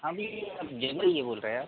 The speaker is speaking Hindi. अभी इस जैसे जो बोल रहे हैं